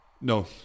No